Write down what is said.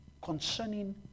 concerning